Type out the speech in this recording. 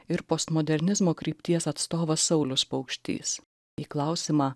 ir postmodernizmo krypties atstovas saulius paukštys į klausimą